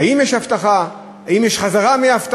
האם יש הבטחה, האם יש חזרה מהבטחה,